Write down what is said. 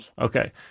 Okay